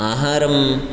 आहारं